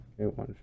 Okay